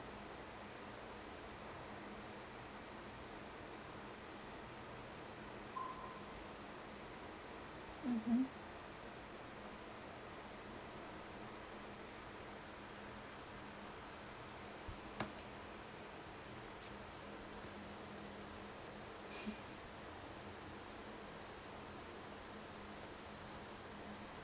mmhmm